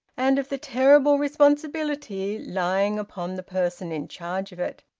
and of the terrible responsibility lying upon the person in charge of it.